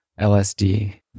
LSD